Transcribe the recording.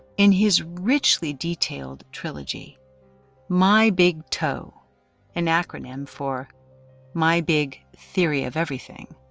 in his richly detailed trilogy my big toe an acronym for my big theory of everything,